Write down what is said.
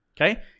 Okay